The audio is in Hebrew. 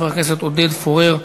חבר הכנסת עודד פורר,